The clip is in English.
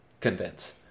convince